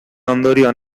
ondorio